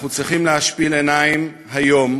אנחנו צריכים להשפיל עיניים היום